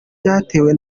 byatewe